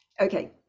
okay